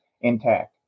intact